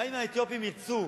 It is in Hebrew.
גם אם האתיופים ירצו